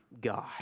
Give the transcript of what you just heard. God